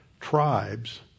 tribes